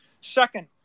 Second